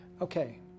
Okay